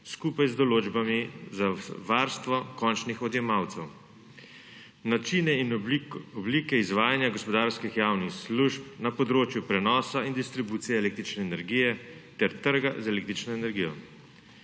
skupaj z določbami za varstvo končnih odjemalcev, načine in oblike izvajanja gospodarskih javnih služb na področju prenosa in distribucije električne energije ter trga z električno energijo.